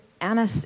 Anna